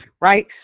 Right